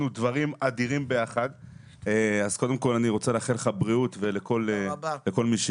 מאחל רפואה שלמה לך ולכל החולים.